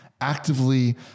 actively